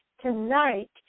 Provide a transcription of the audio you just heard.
tonight